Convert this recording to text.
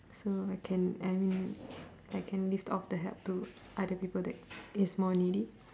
so I can I mean I can lift off to help to other people that is more needy